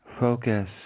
Focus